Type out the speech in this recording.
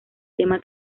tema